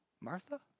Martha